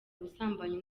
ubusambanyi